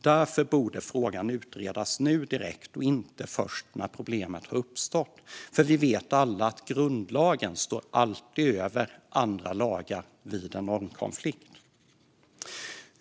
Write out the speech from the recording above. Därför borde frågan utredas nu direkt och inte först när problemet har uppstått, för vi vet alla att grundlagen alltid står över andra lagar vid en normkonflikt.